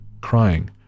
crying